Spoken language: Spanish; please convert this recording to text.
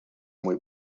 muy